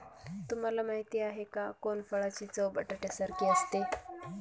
तुम्हाला माहिती आहे का? कोनफळाची चव बटाट्यासारखी असते